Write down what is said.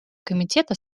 комитета